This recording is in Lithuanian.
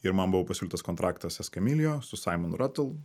ir man buvo pasiūlytas kontraktas eskamiljo su saimon ratl